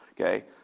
Okay